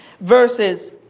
verses